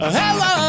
hello